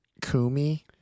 Kumi